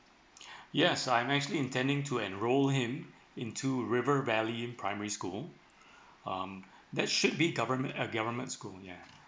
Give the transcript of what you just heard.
yes I'm actually intending to enroll him into river valley primary school um that should be government a government school ya